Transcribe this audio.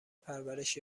پرورش